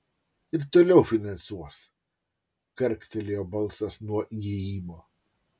ir toliau finansuos karktelėjo balsas nuo įėjimo